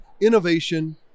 innovation